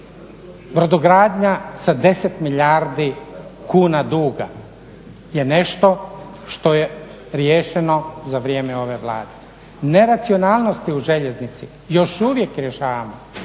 Brodogradnja za 10 milijardi kuna duga je nešto što je riješeno za vrijeme ove Vlade, neracionalnost je u željeznici još uvijek rješava,